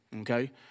okay